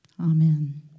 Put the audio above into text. Amen